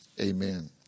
Amen